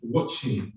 watching